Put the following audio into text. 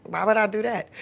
why would i do that?